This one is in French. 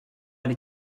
elle